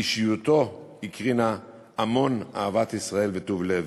אישיותו הקרינה המון אהבת ישראל וטוב לב